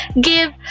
give